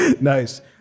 nice